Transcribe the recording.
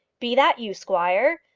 be that you, squire?